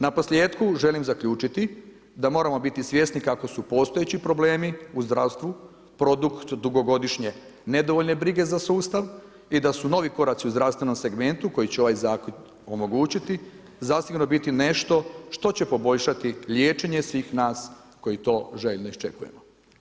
Naposljetku, želim zaključiti da moramo biti svjesni kako su postojeći problemi u zdravstvu produkt dugogodišnje nedovoljne brige za sustav i da su novi koraci u zdravstvenom segmentu koji će ovaj zakon omogućiti, zasigurno biti nešto što će poboljšati liječenje svih nas koji to željno iščekujemo.